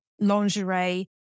lingerie